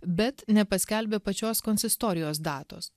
bet nepaskelbė pačios konsistorijos datos